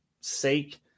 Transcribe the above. sake